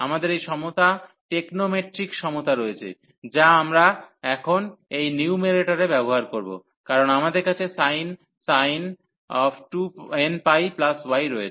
আমাদের এই সমতা টেকনোমেট্রিক সমতা রয়েছে যা আমরা এখন এই নিউম্যারেটরে ব্যবহার করব কারণ আমাদের কাছে sin nπy রয়েছে